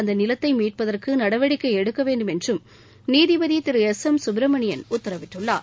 அந்த நிலத்தை மீட்பதற்கு நடவடிக்கை எடுக்க வேண்டும் என்றும் நீதிபதி திரு எஸ் எம் சுப்பிரமணியன் உத்தரவிட்டுள்ளார்